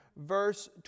verse